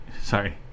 Sorry